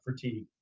fatigue